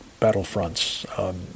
battlefronts